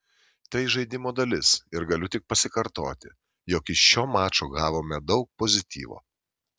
tai žaidimo dalis ir galiu tik pasikartoti jog iš šio mačo gavome daug pozityvo